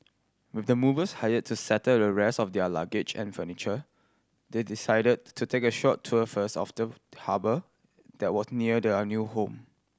with the movers hired to settle the rest of their luggage and furniture they decided to take a short tour first of the harbour that was near their new home